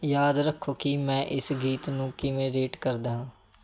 ਯਾਦ ਰੱਖੋ ਕਿ ਮੈਂ ਇਸ ਗੀਤ ਨੂੰ ਕਿਵੇਂ ਰੇਟ ਕਰਦਾ ਹਾਂ